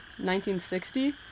1960